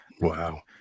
wow